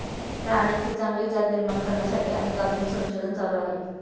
प्राण्यांची चांगली जात निर्माण करण्यासाठी अनेक आधुनिक संशोधन चालू आहे